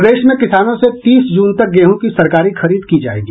प्रदेश में किसानों से तीस जून तक गेहूँ की सरकारी खरीद की जायेगी